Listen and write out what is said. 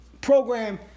program